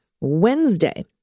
Wednesday